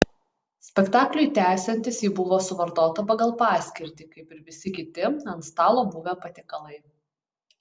spektakliui tęsiantis ji buvo suvartota pagal paskirtį kaip ir visi kiti ant stalo buvę patiekalai